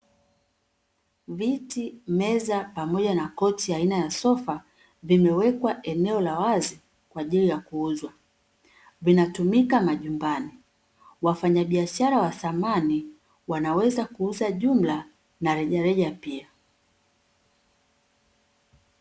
Viti, meza, pamoja na kochi aina ya sofa vimewekwa eneo la wazi kwaajili ya kuuzwa, vinatumika majumbani. Wafanyabishara wa samani wanaweza kuuza jumla na rejareja pia.